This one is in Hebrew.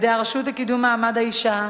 למניעת הטרדות מיניות על-ידי הרשות לקידום מעמד האשה.